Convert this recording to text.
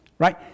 Right